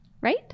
right